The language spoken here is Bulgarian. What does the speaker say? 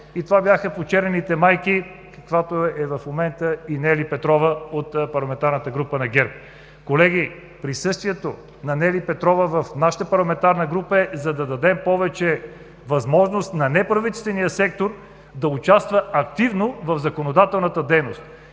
и това бяха почернените майки, каквато е в момента и Нели Петрова от парламентарната група на ГЕРБ. Колеги, присъствието на Нели Петрова в нашата парламентарна група е за да дадем повече възможност на неправителствения сектор да участва активно в законодателната дейност.